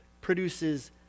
produces